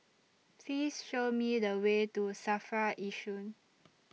Please Show Me The Way to SAFRA Yishun